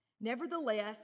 Nevertheless